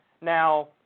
Now